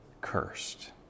cursed